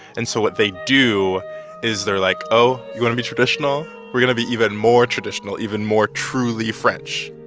and so what they do is they're like, oh, you want to be traditional? we're going to be even more traditional, even more truly french.